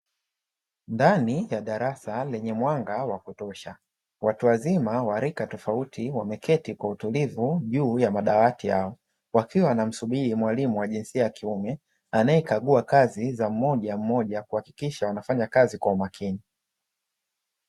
Ndani ya darasa lenye mwanga wa kutosha watu wazima wa rika tofauti wameketi kwa utulivu juu ya madawati yao, wakiwa wanamsubiri mwalimu wa jinsia ya kiume anayekagua kazi za mmojammoja kuhakikisha wanafanya kazi kwa umakini.